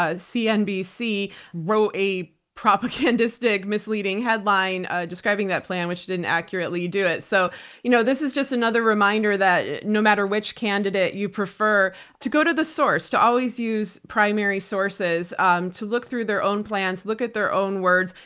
ah cnbc wrote a propagandistic misleading headline describing that plan, which didn't accurately do it. so you know this is just another reminder that no matter which candidate you prefer to go to the source, to always use primary sources, um to look through their own plans, look at their own words,